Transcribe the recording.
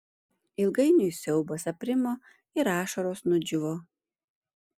ilgainiui siaubas aprimo ir ašaros nudžiūvo